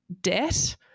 debt